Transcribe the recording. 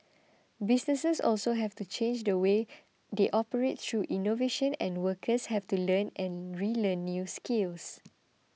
businesses also have to change the way they operate through innovation and workers have to learn and relearn new skills